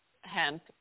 hemp